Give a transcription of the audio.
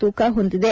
ತೂಕ ಹೊಂದಿದೆ